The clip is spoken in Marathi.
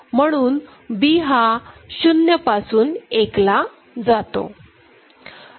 म्हणून B हा 0 पासून 1 ला जातो